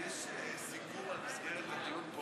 יש סיכום על מסגרת הדיון פה,